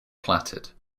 platted